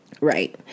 right